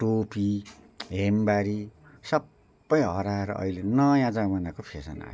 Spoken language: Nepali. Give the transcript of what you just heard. टोपी हेम्मरी सबै हराएर अहिले नयाँ जमनाको फेसन आयो